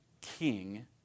king